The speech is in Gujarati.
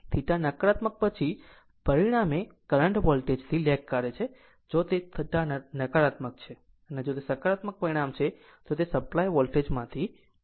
Θ નકારાત્મક પછી પરિણામે કરંટ વોલ્ટેજથી લેગ કરે છે જો θ નકારાત્મક છે અને જો તે સકારાત્મક પરિણામ છે તો સપ્લાય વોલ્ટેજમાં પહોંચે છે